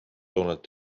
donald